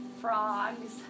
Frogs